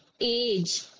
age